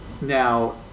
now